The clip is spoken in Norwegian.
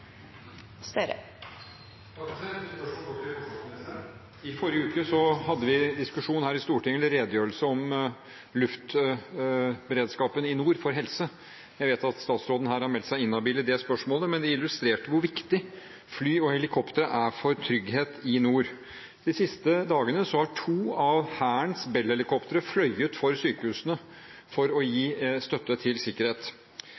til forsvarsministeren. I forrige uke hadde vi en redegjørelse i Stortinget om luftberedskapen for helse i nord. Jeg vet at statsråden har meldt seg inhabil i det spørsmålet, men det illustrerte hvor viktig fly og helikoptre er for trygghet i nord. De siste dagene har to av Hærens Bell-helikoptre fløyet for sykehusene for å